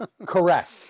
Correct